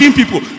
people